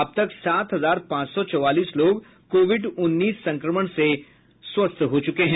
अबतक सात हजार पांच सौ चौवालीस लोग कोविड उन्नीस संक्रमण से स्वस्थ हो चुके हैं